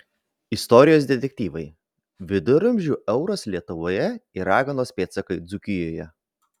istorijos detektyvai viduramžių euras lietuvoje ir raganos pėdsakai dzūkijoje